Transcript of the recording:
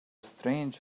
strange